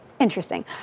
Interesting